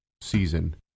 season